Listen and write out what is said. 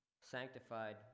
sanctified